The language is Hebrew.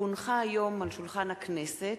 כי הונחו היום על שולחן הכנסת,